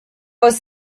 was